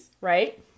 right